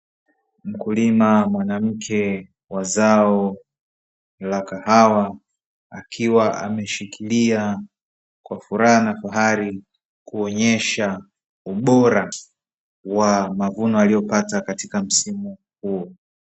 Mkulima mwanamke wa zao la kahawa, akiwa ameshikilia kwa furaha , kwa hari, kuonyesha ubora wa mavuno aliyopata katika msimu huo.